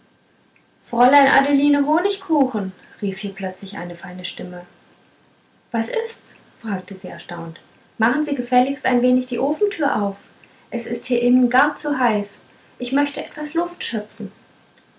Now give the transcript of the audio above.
fräulein adeline honigkuchen rief hier plötzlich eine feine stimme was ist's fragte sie erstaunt machen sie gefälligst ein wenig die ofentür auf es ist hier innen gar zu heiß ich möchte etwas luft schöpfen